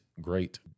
great